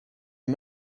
are